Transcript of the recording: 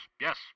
yes